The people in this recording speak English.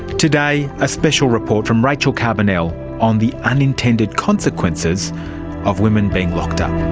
today a special report from rachel carbonell on the unintended consequences of women being locked up.